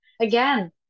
Again